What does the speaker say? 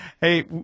hey